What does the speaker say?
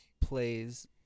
plays